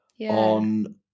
on